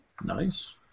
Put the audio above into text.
Nice